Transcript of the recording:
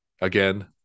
again